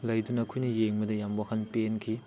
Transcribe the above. ꯂꯩꯗꯨꯅ ꯑꯩꯈꯣꯏꯅ ꯌꯦꯡꯕꯗ ꯌꯥꯝ ꯋꯥꯈꯜ ꯄꯦꯟꯈꯤ